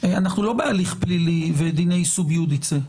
אנחנו לא בהליך פלילי ודיוני סוביודיצה.